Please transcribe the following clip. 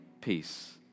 peace